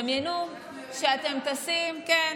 דמיינו שאתם טסים, גם אנחנו.